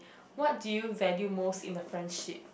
what do you value most in the friendship